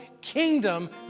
kingdom